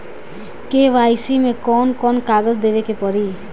KYC मे कौन कौन कागज देवे के पड़ी?